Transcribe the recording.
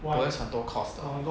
poems 很多 cost 的